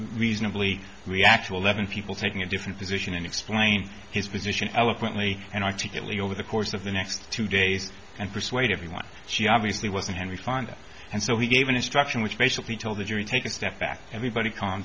reasonably react to a level of people taking a different position and explain his position eloquently and articulately over the course of the next two days and persuade everyone she obviously wasn't henry fonda and so he gave an instruction which basically told the jury take a step back everybody calm